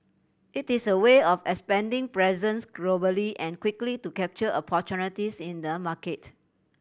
it is a way of expanding presence globally and quickly to capture opportunities in the market